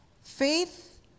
Faith